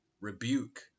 rebuke